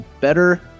better